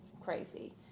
crazy